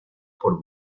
por